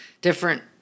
different